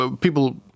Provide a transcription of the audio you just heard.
People